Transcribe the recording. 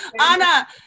Anna